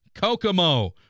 Kokomo